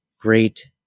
great